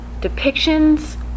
depictions